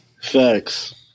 Facts